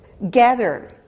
Gather